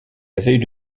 avait